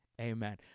Amen